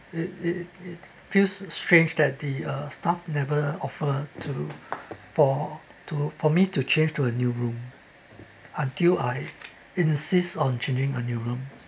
it it it feels strange that the uh staff never offer to for to for me to change to a new room until I insist on changing a new room